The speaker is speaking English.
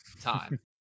time